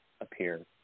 appear